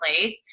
place